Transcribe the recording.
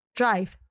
drive